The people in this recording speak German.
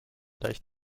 leicht